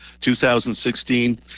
2016